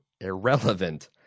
irrelevant